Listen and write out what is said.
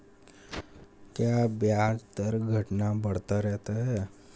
क्या ब्याज दर घटता बढ़ता रहता है?